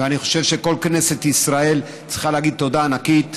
ואני חושב שכל כנסת ישראל צריכה להגיד תודה ענקית,